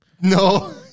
No